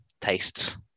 tastes